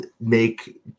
make –